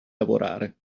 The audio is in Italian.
lavorare